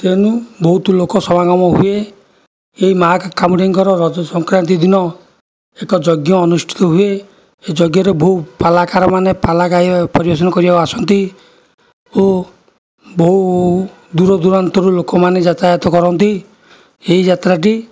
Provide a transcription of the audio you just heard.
ତେଣୁ ବହୁତ ଲୋକ ସମାଗମ ହୁଏ ଏଇ ମା' କାମୁଡ଼େଇଙ୍କର ରଜ ସଂକ୍ରାନ୍ତି ଦିନ ଏକ ଯଜ୍ଞ ଅନୁଷ୍ଠିତ ହୁଏ ସେ ଯଜ୍ଞରେ ବହୁ ପାଲାକାରମାନେ ପାଲା ଗାଇବା ଓ ପରିବେଷଣ କରିବା ପାଇଁ ଆସନ୍ତି ଓ ବହୁ ଦୂର ଦୂରାନ୍ତରୁ ଲୋକମାନେ ଯାତାୟାତ କରନ୍ତି ଏହି ଯାତ୍ରାଟି